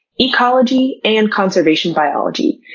ecology, and conservation biology.